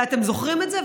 ואתם זוכרים את זה,